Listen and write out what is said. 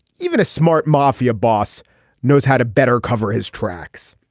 even a smart mafia boss knows how to better cover his tracks